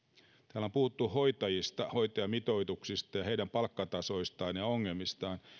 täällä on puhuttu hoitajista hoitajamitoituksista ja heidän palkkatasoistaan ja ongelmistaan